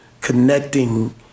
connecting